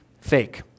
fake